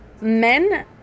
men